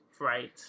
Right